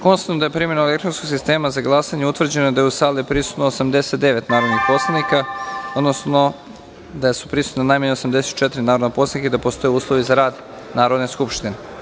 Konstatujem da je primenom elektronskog sistema za glasanje utvrđeno da je u sali prisutno 89 narodnih poslanika, odnosno da je prisutna najmanje 84 narodna poslanika i da postoje uslovi zarad Narodne skupštine.